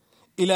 המצב.